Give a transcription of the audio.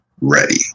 ready